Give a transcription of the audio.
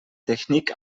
technik